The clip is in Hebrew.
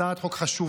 הצעת חוק חשובה.